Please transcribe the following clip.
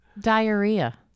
diarrhea